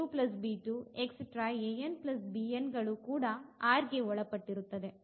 ಗಳು ಕೂಡ R ಗೆ ಒಳಪಟ್ಟಿರುತ್ತದೆ